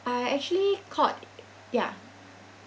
I actually called ya